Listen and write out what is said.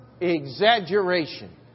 exaggeration